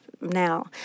now